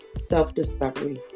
self-discovery